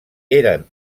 eren